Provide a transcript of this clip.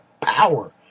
power